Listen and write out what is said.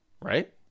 Right